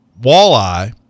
Walleye